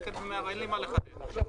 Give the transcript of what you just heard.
אין לי מה לחדש.